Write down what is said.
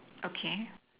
okay